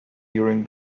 during